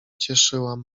cieszyłam